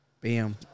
Bam